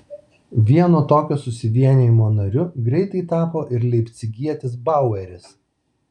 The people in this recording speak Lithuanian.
vieno tokio susivienijimo nariu greitai tapo ir leipcigietis baueris